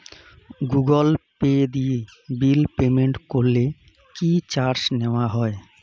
Google Pay দিয়ে bill payment করলে কি চার্জ নেওয়া হয়?